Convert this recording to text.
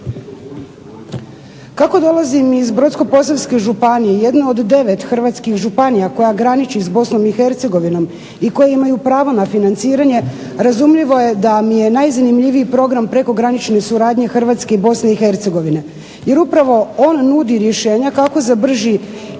Kako dolazim iz Brodsko-posavske županije, jedne od 9 hrvatskih županija koja graniči s Bosnom i Hercegovinom, i koji imaju pravo na financiranje, razumljivo je da mi je najzanimljiviji program prekogranične suradnje Hrvatske i Bosne i Hercegovine, jer upravo on nudi rješenja kako za brži